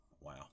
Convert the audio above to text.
Wow